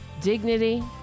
dignity